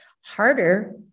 harder